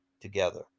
together